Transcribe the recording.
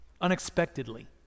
unexpectedly